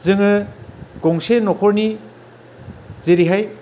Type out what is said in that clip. जोङो गंसे न'खरनि जेरैहाय